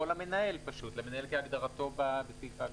או למנהל פשוט למנהל כהגדרתו בסעיף ההגדרות.